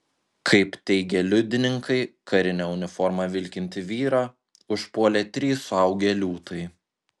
kaip teigia liudininkai karine uniforma vilkintį vyrą užpuolė trys suaugę liūtai